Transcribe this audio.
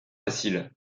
facile